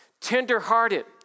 tenderhearted